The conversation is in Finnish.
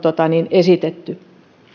esitetty